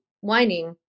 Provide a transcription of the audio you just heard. whining